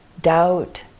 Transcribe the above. doubt